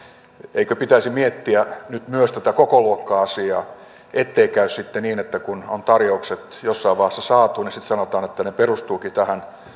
eikö pitäisi miettiä nyt myös tätä kokoluokka asiaa ettei käy sitten niin että kun on tarjoukset jossain vaiheessa saatu niin sitten sanotaan että ne perustuvatkin tähän